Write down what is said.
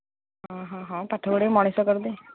ଓହୋ ହୋ ପାଠ ପଢ଼ି ମଣିଷ କରିଦେ